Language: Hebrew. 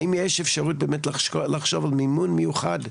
האם יש אפשרות באמת לחשוב על מימון מיוחד,